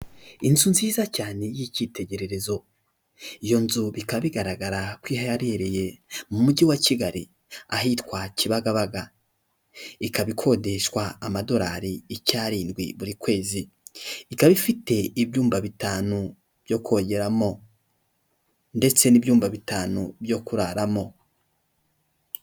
Inzu nziza cyane y'icyitegererezo, iyo nzu bikaba bigaragara ko iherereye mu Mujyi wa Kigali ahitwa Kibagabaga, ikaba ikodeshwa amadolari icya arindwi buri kwezi, ikaba ifite ibyumba bitanu byo kogeramo ndetse n'ibyumba bitanu byo kuraramo.